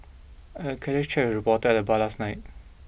I had a casual chat with a reporter at the bar last night